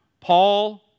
Paul